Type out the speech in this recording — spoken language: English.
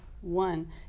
One